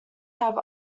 have